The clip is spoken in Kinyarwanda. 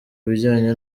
bijyanye